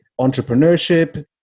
entrepreneurship